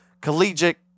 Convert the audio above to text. Collegiate